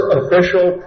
official